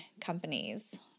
companies